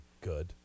good